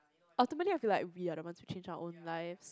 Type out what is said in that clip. ultimately I feel like we are the ones who change our own lives